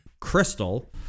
crystal